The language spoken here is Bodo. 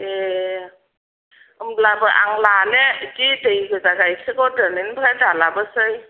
ए होमब्लाबो आं लानो बिदि दैगोजा गाइखेरखौ दिनैनिफ्राय दालाबोसै